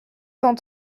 cent